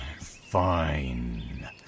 fine